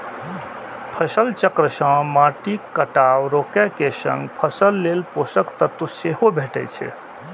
फसल चक्र सं माटिक कटाव रोके के संग फसल लेल पोषक तत्व सेहो भेटै छै